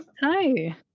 Hi